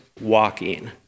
walking